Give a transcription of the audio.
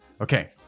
Okay